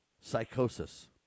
psychosis